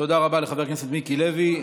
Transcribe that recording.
תודה רבה לחבר הכנסת מיקי לוי.